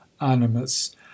animus